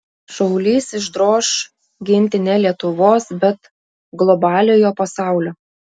šaulys išdroš ginti ne lietuvos bet globaliojo pasaulio